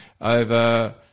over